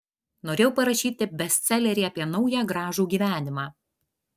norėjau parašyti bestselerį apie naują gražų gyvenimą